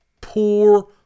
poor